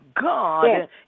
God